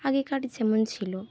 আগেকার যেমন ছিল